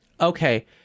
okay